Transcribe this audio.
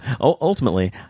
Ultimately